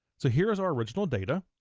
so here's our original data,